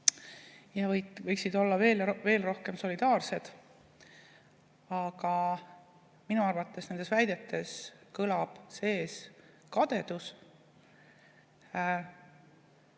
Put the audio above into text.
ja võiksid olla veel rohkem solidaarsed. Aga minu arvates nendes väidetes kõlab kadedus